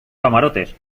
camarotes